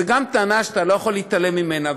גם זו טענה שאתה לא יכול להתעלם ממנה.